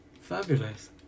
fabulous